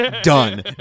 done